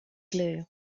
glue